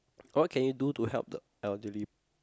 what can you do to help the elderly